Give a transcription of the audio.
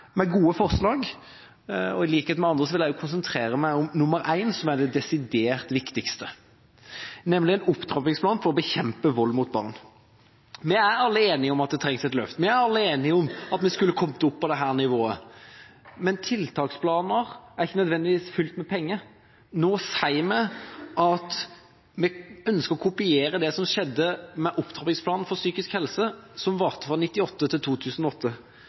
gode romertallsforslag. I likhet med andre vil jeg konsentrere meg om I, som er det desidert viktigste, nemlig en opptrappingsplan for å bekjempe vold mot barn. Vi er alle enige om at det trengs et løft. Vi er alle enige om at vi skulle ha kommet opp på dette nivået, men tiltaksplaner er ikke nødvendigvis fylt med penger. Nå sier vi at vi ønsker å kopiere det som skjedde med opptrappingsplanen for psykisk helse – som varte fra 1999 til 2008